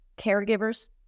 caregivers